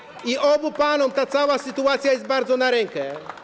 I obu panom ta cała sytuacja jest bardzo na rękę.